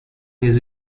his